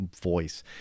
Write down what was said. voice